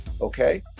Okay